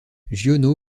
giono